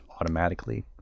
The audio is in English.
automatically